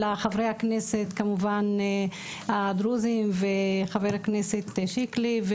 לחברי הכנסת כמובן הדרוזים וחבר הכנסת שיקלי,